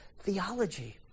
theology